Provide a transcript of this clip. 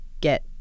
get